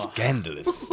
Scandalous